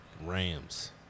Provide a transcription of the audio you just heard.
Rams